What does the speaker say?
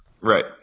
Right